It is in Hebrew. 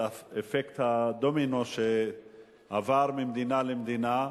על אפקט הדומינו שעבר ממדינה למדינה,